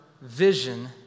vision